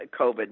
COVID